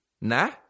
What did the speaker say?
Nah